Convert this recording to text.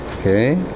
Okay